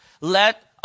Let